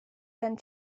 gen